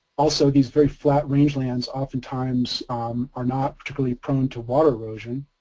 also these very flat rangelands oftentimes are not particularly prone to water erosion.